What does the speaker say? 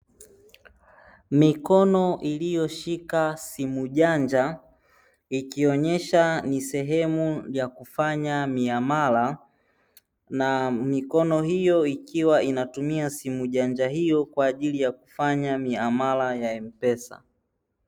Mikono iliyo shika simu janja ikionesha ni sehemu ya kufanya miamala na mikono hiyo, ikiwa inatumia simu janja hiyo kwaajili ya kufanya miamala ya M-Pesa.